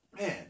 man